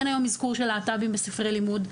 אין היום אזכור של להט"בים בספרי הלימוד,